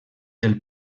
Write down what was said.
del